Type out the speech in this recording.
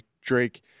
Drake